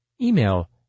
Email